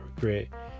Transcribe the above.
regret